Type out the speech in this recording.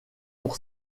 pour